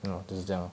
!hannor! 就是这样 lor